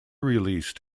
released